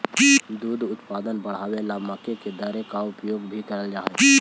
दुग्ध उत्पादन बढ़ावे ला मक्के के दर्रे का प्रयोग भी कराल जा हई